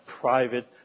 private